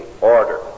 order